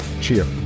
cheers